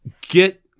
get